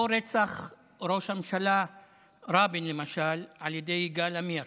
או למשל רצח ראש הממשלה רבין על ידי יגאל עמיר.